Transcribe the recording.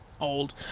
old